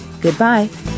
Goodbye